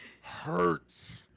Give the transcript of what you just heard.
Hurts